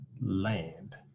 land